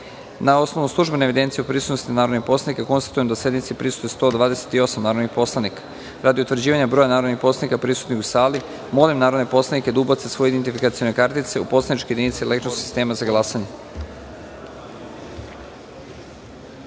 osnovu službene evidencije o prisutnosti narodnih poslanika konstatujem da sednici prisustvuje 160 narodnih poslanika, a radi utvrđivanja broja narodnih poslanika prisutnih u sali molim narodne poslanike da ubace svoje identifikacione kartice u poslaničke jedinice elektronskog sistema za